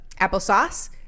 applesauce